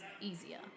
easier